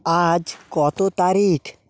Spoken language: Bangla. আজ কত তারিখ